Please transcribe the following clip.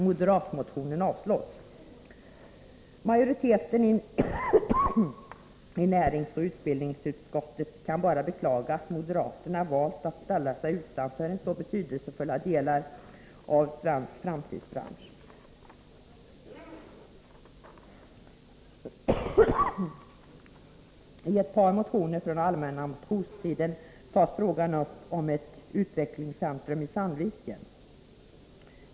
Moderatmotionen avslås. Majoriteten i näringsoch utbildningsutskotten kan bara beklaga att moderaterna valt att ställa sig utanför så betydelsefulla delar av en svensk framtidsbransch. I ett par motioner från allmänna motionstiden tas frågan om ett utvecklingscentrum i Sandviken upp.